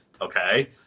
Okay